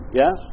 yes